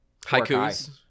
Haikus